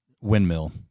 windmill